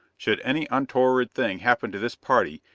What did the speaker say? should any untoward thing happen to this party,